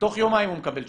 תוך יומיים הוא מקבל תשובה.